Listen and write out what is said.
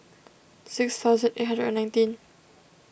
six thousand eight hundred and nineteen